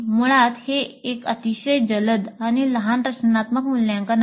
मुळात हे एक अतिशय जलद आणि लहान रचनात्मक मूल्यांकन आहे